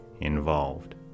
involved